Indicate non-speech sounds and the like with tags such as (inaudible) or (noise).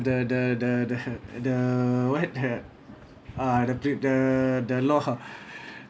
the the the the the what the uh the pre~ the the law (breath)